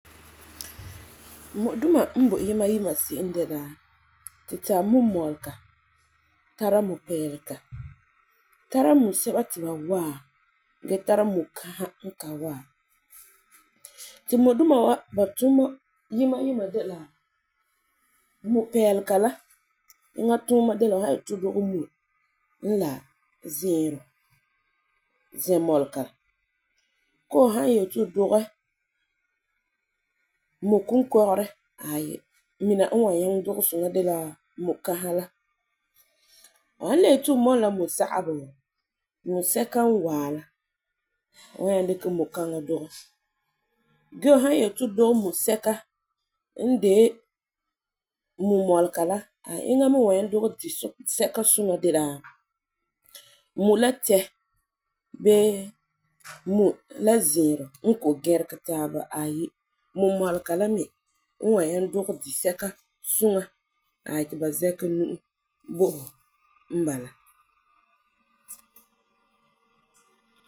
Mui duma n boi se'em yima yima de la tu tari la mumɔlega, tara mupeelega, tara musɛba ti ba waa, gee tara mukaha n ka waa. Ti mui duma wa ba tuuma yima yima de la, mupeelega la, iŋa tuuma de la fu san yeti fu dugɛ mui n la zɛɛrɔ, zɛmɔlega. Koo fu san yeti fu dugɛ mui kunkɔgerɛ aayi mina n wa n wa nyaŋɛ dugɛ suŋa de la mukaha. Fu san le yeti fu mɔm la mɔsagebɔ, my sɛka waa la ti fu wa nyaŋɛ mui kaŋa dugɛ. Gee fu san yeti fu dugɛ mui sɛka n de mumɔlega la, iŋa mi wan nyaŋɛ dugɛ la disɛka suŋa de la tɛ bee mui la zɛɛrɔ ko gerige taaba aayi mumɔlega la mi n wa nyaŋɛ dugɛ disɛka suŋa aayi ti ba zɛkɛ nu'o bo hu n bala.